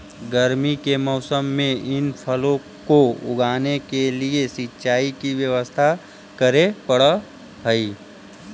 गर्मी के मौसम में इन फलों को उगाने के लिए सिंचाई की व्यवस्था करे पड़अ हई